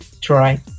try